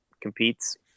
competes